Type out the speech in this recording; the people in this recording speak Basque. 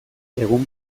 egun